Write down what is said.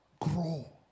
Grow